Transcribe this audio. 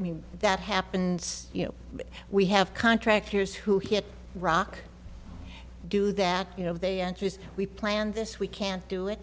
f that happens you know we have contractors who hit rock do that you know they entries we planned this we can't do it